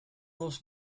dos